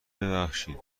ببخشید